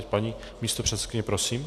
Paní místopředsedkyně, prosím.